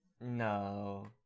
No